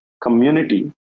community